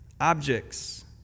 objects